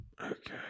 Okay